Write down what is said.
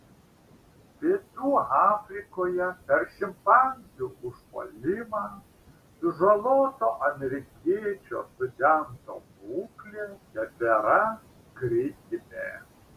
pietų afrikoje per šimpanzių užpuolimą sužaloto amerikiečio studento būklė tebėra kritinė